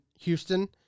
Houston